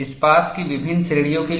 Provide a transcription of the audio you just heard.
इस्पात की विभिन्न श्रेणियों के लिए